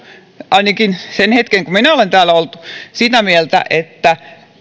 ainakin sen hetken kun minä olen täällä ollut sitä mieltä että